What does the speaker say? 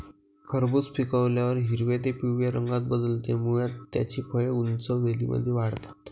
खरबूज पिकल्यावर हिरव्या ते पिवळ्या रंगात बदलते, मुळात त्याची फळे उंच वेलींमध्ये वाढतात